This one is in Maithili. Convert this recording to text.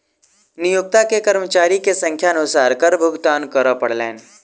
नियोक्ता के कर्मचारी के संख्या अनुसार कर भुगतान करअ पड़लैन